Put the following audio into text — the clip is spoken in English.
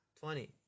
twenty